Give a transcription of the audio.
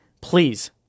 please